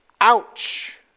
Ouch